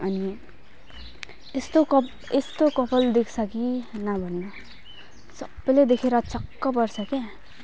अनि त्यस्तो कप यस्तो कपाल देख्छ कि नभन्नु सबले देखेर छक्क पर्छ क्या